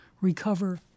recover